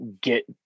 get